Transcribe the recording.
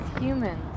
humans